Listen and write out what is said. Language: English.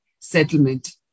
settlement